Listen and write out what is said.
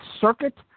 circuit